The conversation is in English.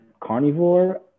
carnivore